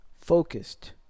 focused